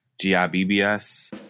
G-I-B-B-S